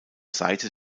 seite